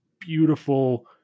beautiful